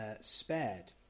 spared